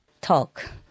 talk